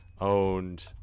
Owned